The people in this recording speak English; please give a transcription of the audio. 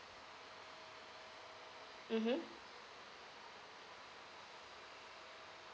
mmhmm